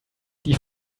die